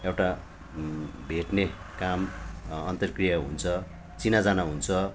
एउटा भेट्ने काम अन्तर्क्रिया हुन्छ चिना जाना हुन्छ